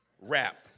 Rap